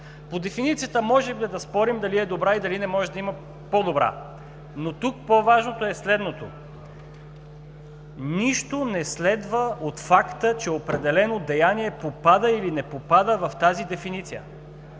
По дефиницията можем да спорим дали е добра и дали не може да има по-добра, но тук по-важното е следното: нищо не следва от факта, че определено деяние попада или не попада в тази дефиниция.